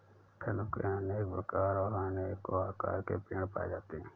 फलों के अनेक प्रकार और अनेको आकार के पेड़ पाए जाते है